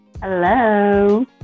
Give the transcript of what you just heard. Hello